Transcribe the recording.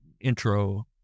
intro